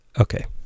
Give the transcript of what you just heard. Okay